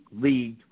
League